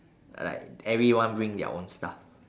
like everyone bring their own stuff